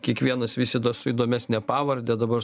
kiekvienas visada su įdomesne pavarde dabar